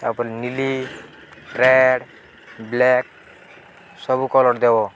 ତାପରେ ନିଲି red black ସବୁ କଲର୍ ଦେବ